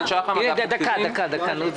יש יוזמה שנדחפת בצורה מאוד חזקה על ידי אנשי המקצוע,